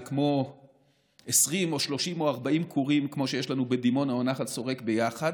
זה כמו 20 או 30 או 40 כורים כמו שיש לנו בדימונה או נחל שורק ביחד,